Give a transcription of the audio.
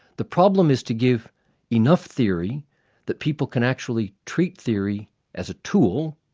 the problem is to give enough theory that people can actually treat theory as a tool,